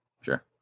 Sure